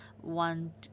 one